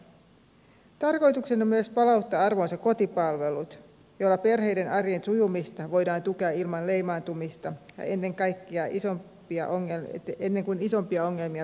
tarkoituksena on myös palauttaa arvoonsa kotipalvelut joilla perheiden arjen sujumista voidaan tukea ilman leimaantumista ja ennen kuin isompia ongelmia pääsee syntymään